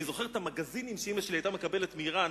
אני זוכר את המגזינים שאמא שלי היתה מקבלת מאירן,